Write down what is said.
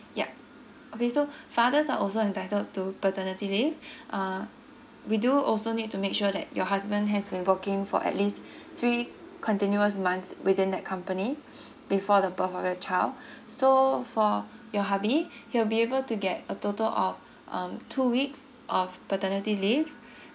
yup okay so fathers are also entitled to paternity leave uh we do also need to make sure that your husband has been working for at least three continuous month within that company before the birth of your child so for your hubby he'll be able to get a total of um two weeks of paternity leave